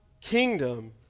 kingdom